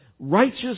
Righteous